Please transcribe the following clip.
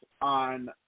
on